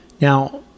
Now